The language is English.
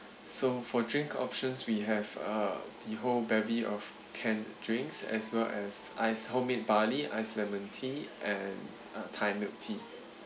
so for drink options we have uh the whole bevy of canned drinks as well as iced homemade barley iced lemon tea and uh thai milk tea